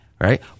right